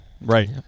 right